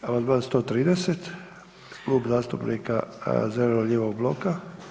Amandman 130 Klub zastupnika zeleno-lijevog bloka.